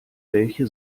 welche